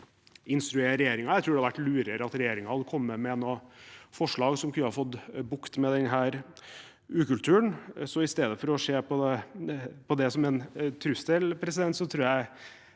instruere regjeringen. Jeg tror det hadde vært lurere at regjeringen hadde kommet med noen forslag for å få bukt med denne ukulturen. Så i stedet for å se på det som en trussel, tror jeg